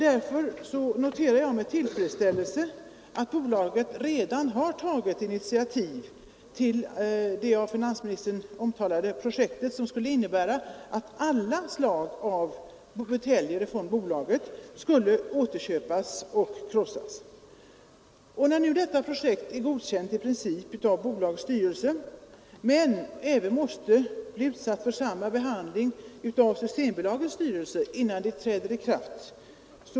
Därför noterar jag med tillfredsställelse att bolaget redan har tagit initiativ till det av finansministern i svaret omtalade projektet, som skulle innebära att alla slags buteljer från bolaget skulle återköpas och krossas. Detta projekt är alltså godkänt i princip av bolagets styrelse men måste även godkännas av Systembolagets styrelse innan det kan träda i kraft.